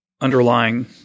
underlying